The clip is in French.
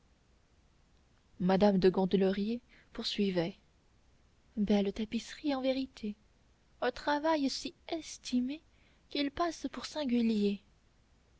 madame de gondelaurier poursuivait belles tapisseries en vérité un travail si estimé qu'il passe pour singulier